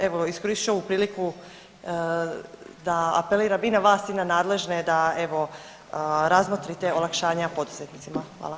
Evo iskoristit ću ovu priliku da apeliram i na vas i na nadležne da evo razmotrite olakšanja poduzetnicima.